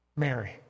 Mary